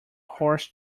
horse